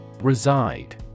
Reside